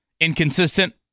Inconsistent